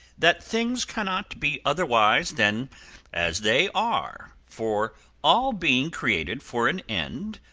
that things cannot be otherwise than as they are for all being created for an end,